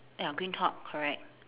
ya green top correct